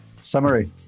Summary